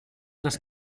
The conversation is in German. dass